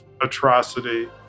atrocity